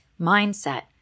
mindset